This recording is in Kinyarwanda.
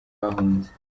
bahunze